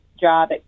job